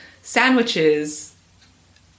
sandwiches